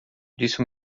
disse